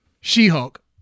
She-Hulk